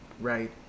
right